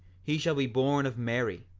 he shall be born of mary,